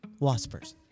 Waspers